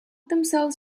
themselves